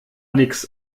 nix